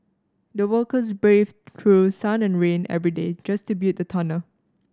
the workers braved through sun and rain every day just to build the tunnel